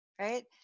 right